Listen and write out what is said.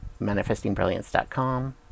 manifestingbrilliance.com